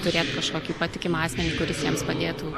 turėt kažkokį patikimą asmenį kuris jiems padėtų